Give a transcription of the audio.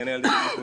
גני ילדים,